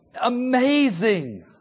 amazing